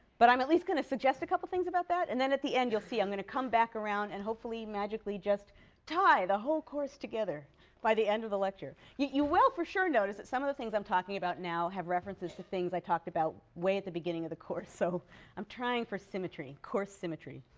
but i'm at least going to suggest a couple things about that. and then at the end you'll see i'm going to come back around and hopefully magically just tie the whole course together by the end of the lecture. you will for sure notice that some of the things i'm talking about now have references to things i talked about way at the beginning of the course. so i'm trying for symmetry course symmetry.